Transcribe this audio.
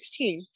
2016